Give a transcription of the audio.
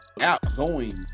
outgoing